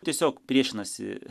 tiesiog priešinasi